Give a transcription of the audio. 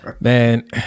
Man